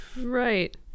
Right